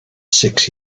six